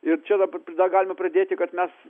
ir čia dabar dar galime pridėti kad mes